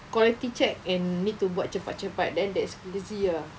quality check and need to buat cepat cepat then that's crazy ah